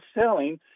selling